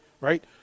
right